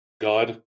God